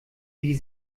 wie